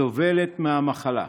סובלת מהמחלה,